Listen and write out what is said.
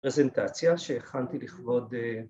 ‫פרזנטציה שהכנתי לכבוד